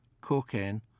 cocaine